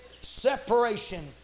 separation